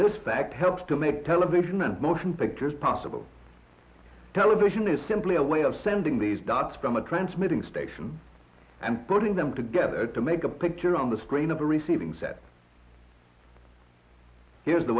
this fact helps to make television and motion pictures possible television is simply a way of sending these dots from a transmitting station and putting them together to make a picture on the screen of a receiving set here's the